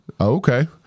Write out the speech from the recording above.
Okay